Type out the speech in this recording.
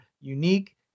unique